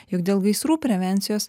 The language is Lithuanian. jog dėl gaisrų prevencijos